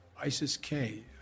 ISIS-K